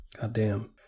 Goddamn